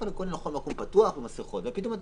מקום פתוח ואנשים עם מסכות אבל פתאום את